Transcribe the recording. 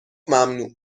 ممنوع